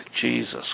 Jesus